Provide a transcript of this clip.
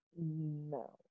No